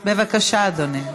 בבקשה, אדוני.